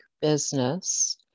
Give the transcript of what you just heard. business